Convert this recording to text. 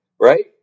right